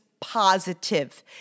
positive